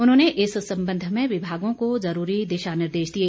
उन्होंने इस संबंध में विभागों को जरूरी दिशा निर्देश दिए